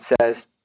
says